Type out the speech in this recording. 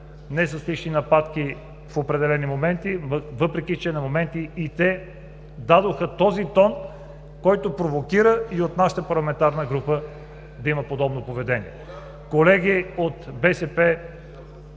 не с лични нападки в определени моменти, въпреки че на моменти и те дадоха този тон, който провокира и от нашата парламентарна група да има подобно поведение. ДРАГОМИР